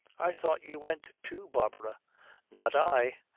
i thought you went too, barbara not i.